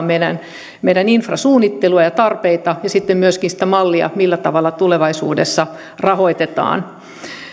meidän meidän infrasuunnittelua ja tarpeita ja sitten myöskin sitä mallia millä tavalla tulevaisuudessa rahoitetaan